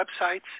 websites